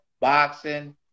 boxing